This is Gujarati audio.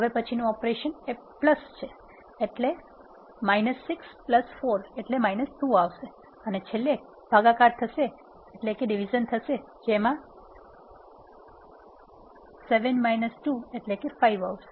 હવે પછી નું ઓપરેશન વત્તાકાર છે એટલે ૬ ૪ જે ૨ આવશે અને છેલ્લે ભાગાકાર થશે જેમા ૭ - ૨ એટલે ૫ આવશે